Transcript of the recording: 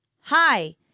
Hi